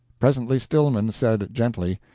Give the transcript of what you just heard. presently stillman said, gently,